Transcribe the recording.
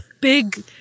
big